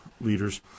leaders